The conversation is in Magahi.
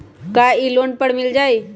का इ लोन पर मिल जाइ?